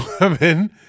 women